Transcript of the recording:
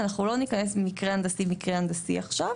אנחנו לא נכנס לעניין ספציפי של מקרה הנדסי עכשיו,